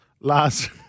last